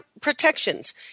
protections